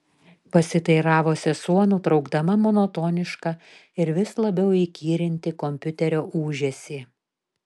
pasiteiravo sesuo nutraukdama monotonišką ir vis labiau įkyrintį kompiuterio ūžesį